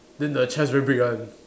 then the chest very big one